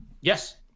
Yes